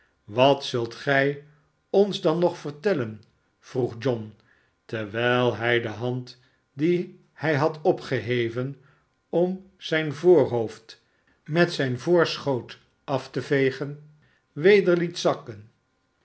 wat zult gij ons dan nog vertellen vroeg john terwijl hij de hand die hij had opgeheven om zijn voorhoofd met zijn voorschoot af te vegen weder liet zakken